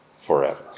forever